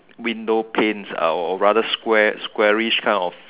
window panes or rather square squarish kind of